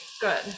good